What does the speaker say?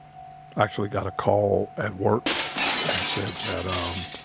actually got a call at work and said that, um,